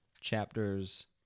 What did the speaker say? chapters